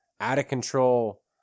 out-of-control